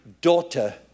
daughter